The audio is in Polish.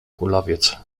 kulawiec